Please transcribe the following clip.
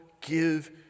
give